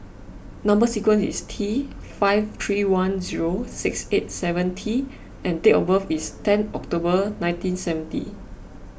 Number Sequence is T five three one zero six eight seven T and date of birth is ten October nineteen seventy